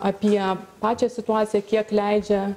apie pačią situaciją kiek leidžia